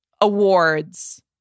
awards